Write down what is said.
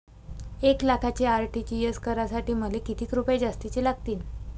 एक लाखाचे आर.टी.जी.एस करासाठी मले कितीक रुपये जास्तीचे लागतीनं?